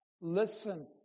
Listen